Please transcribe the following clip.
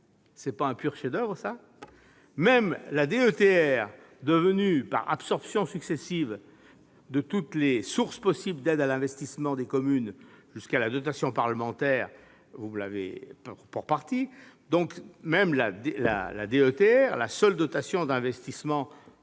N'est-ce pas un pur chef-d'oeuvre ? Même la DETR, devenue, par absorptions successives de toutes les sources possibles d'aide à l'investissement des communes- jusqu'à la dotation parlementaire, pour partie -, la seule dotation d'investissement sur